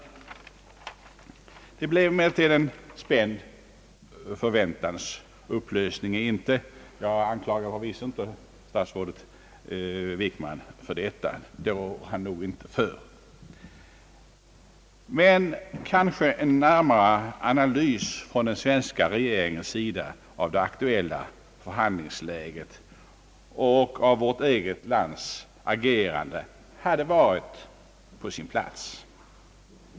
Det blev emellertid en spänd förväntans upplösning i intet. Jag anklagar förvisso inte statsrådet Wickman för detta — det rår han inte för — men kanske en närmare analys från svenska regeringens sida av det aktuella förhandlingsläget och av vårt eget lands agerande kunde ha varit på sin plats.